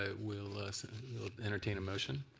ah we'll entertain a motion.